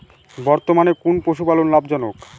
বর্তমানে কোন পশুপালন লাভজনক?